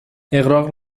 اغراق